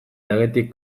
legetik